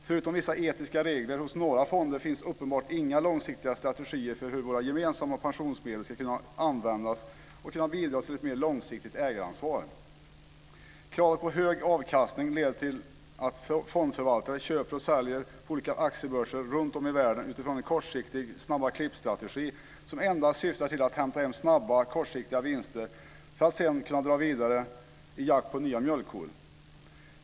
Förutom vissa etiska regler hos några fonder finns uppenbart inga långsiktiga strategier för hur våra gemensamma pensionsmedel ska kunna användas och bidra till ett mer långsiktigt ägaransvar. Kravet på hög avkastning leder till att fondförvaltare köper och säljer på olika aktiebörser runtom i världen utifrån en kortsiktig snabba-klipp-strategi som endast syftar till att hämta hem snabba, kortsiktiga vinster för att sedan kunna dra vidare i jakt på nya mjölkkor.